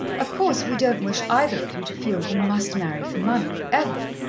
of course, we don't wish either of you to feel that you must marry for money, ever,